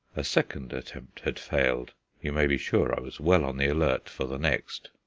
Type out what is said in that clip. a second attempt had failed you may be sure i was well on the alert for the next.